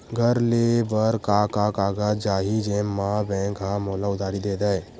घर ले बर का का कागज चाही जेम मा बैंक हा मोला उधारी दे दय?